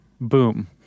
Boom